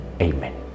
Amen